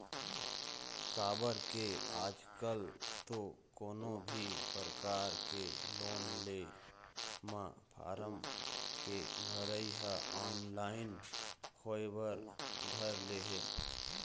काबर के आजकल तो कोनो भी परकार के लोन के ले म फारम के भरई ह ऑनलाइन होय बर धर ले हे